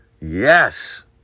Yes